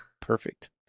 Perfect